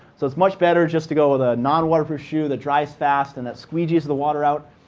so it's much better just to go with a non waterproof shoe that dries fast and that squeegees the water out.